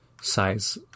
size